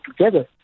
together